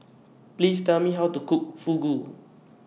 Please Tell Me How to Cook Fugu